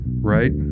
right